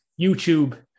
YouTube